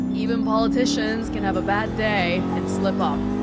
even politicians can have a bad day and slip up